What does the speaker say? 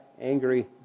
angry